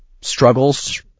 struggles